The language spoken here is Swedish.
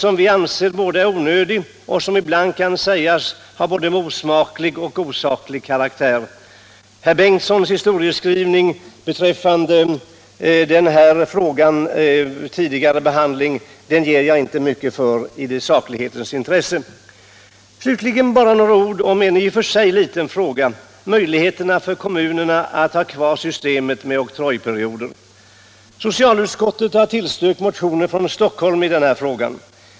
Vi anser att den är onödig, och ibland kan den sägas vara både osaklig och osmaklig. Herr Bengtsons historiebeskrivning beträffande denna frågas tidigare behandling ger jag i saklighetens intresse inte mycket för. Slutligen bara några ord om en i och för sig liten fråga: möjligheterna för kommunerna att ha kvar systemet med oktrojperioder. Socialutskottet har tillstyrkt motioner från Stockholm i denna fråga.